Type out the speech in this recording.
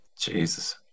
Jesus